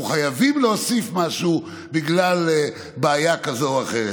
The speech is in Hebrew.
חייבים להוסיף משהו בגלל בעיה כזאת או אחרת.